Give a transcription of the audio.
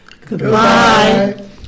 Goodbye